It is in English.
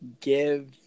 give